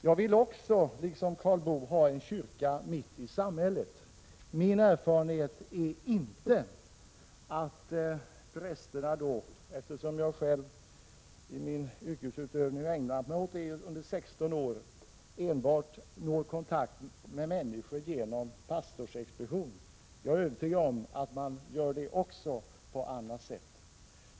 Jag vill också, liksom Karl Boo, ha kyrkan mitt i samhället. Min erfarenhet är inte att prästerna — jag har ägnat mig åt prästyrket i 16 år — når kontakt med människorna enbart på pastorsexpeditionen. Jag är övertygad om att de får denna kontakt även på andra sätt.